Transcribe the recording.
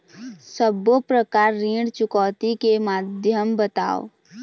सब्बो प्रकार ऋण चुकौती के माध्यम बताव?